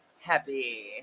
happy